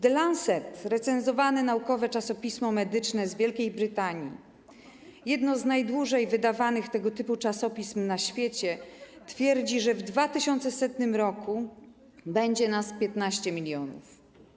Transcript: The Lancet”, recenzowane, naukowe czasopismo medyczne z Wielkiej Brytanii, jedno z najdłużej wydawanych tego typu czasopism na świecie, twierdzi, że w 2100 r. będzie nas 15 mln.